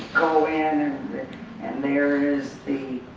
go in and there is the